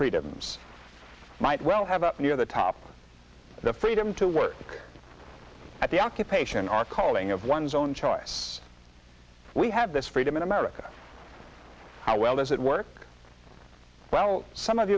freedoms might well have up near the top of the freedom to work at the occupation our calling of one's own choice we have this freedom in america how well does it work well some of